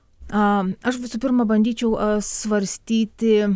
a aš būsiu pirma bandyčiau svarstyti